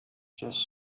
just